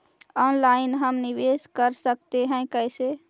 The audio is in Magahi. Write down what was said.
ऑनलाइन हम निवेश कर सकते है, कैसे?